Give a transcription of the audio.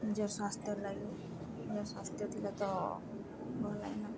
ନିଜର୍ ସ୍ୱାସ୍ଥ୍ୟର୍ ଲାଗି ନିଜର୍ ସ୍ୱାସ୍ଥ୍ୟ ଥିଲେ ତ ଭଲ ଲାଗେ ନା